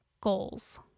goals